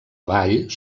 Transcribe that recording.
avall